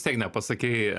vis tiek nepasakei